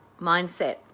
mindset